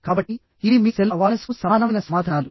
కాబట్టి ఇవి మీ సెల్ఫ్ అవార్నెస్ కు సమానమైన సమాధానాలు